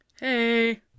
hey